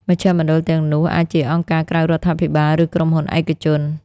មជ្ឈមណ្ឌលទាំងនោះអាចជាអង្គការក្រៅរដ្ឋាភិបាលឬក្រុមហ៊ុនឯកជន។